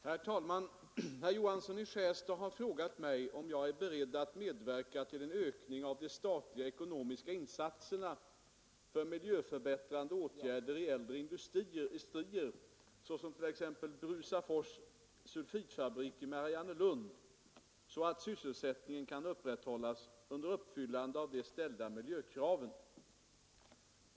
Herr talman! Herr Johansson i Skärstad har frågat mig om jag är beredd att medverka till en ökning av de statliga ekonomiska insatserna för miljöförbättrande åtgärder i äldre industrier, t.ex. Brusafors sulfitfabrik i Mariannelund, så att sysselsättningen kan upprätthållas under uppfyllande av de ställda miljökraven.